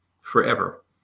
forever